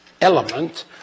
element